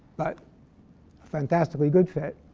but a fantastically good fit.